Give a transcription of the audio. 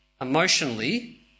emotionally